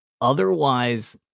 Otherwise